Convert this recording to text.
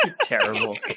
terrible